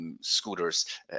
scooters